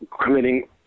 committing